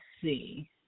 see